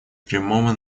прямого